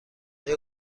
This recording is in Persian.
آیا